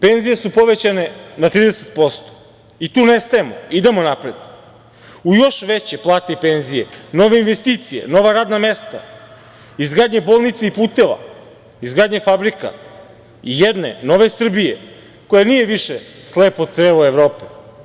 Penzije su povećane na 30%, i tu ne stajemo, idemo napred, u još veće plate i penzije, nove investicije, nova radna mesta, izgradnja bolnica i puteva, izgradnja fabrika, jedne nove Srbije, koja nije više slepo crevo Evrope.